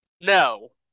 No